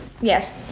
Yes